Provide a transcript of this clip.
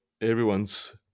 everyone's